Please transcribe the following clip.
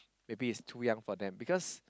maybe it's too young for them because